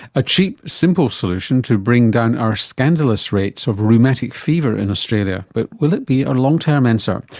a cheap, simple solution to bring down our scandalous rates of rheumatic fever in australia, but will it be a long term answer?